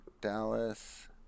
Dallas